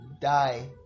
die